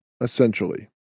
essentially